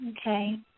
okay